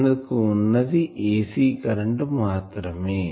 మనకు వున్నది ac current మాత్రమే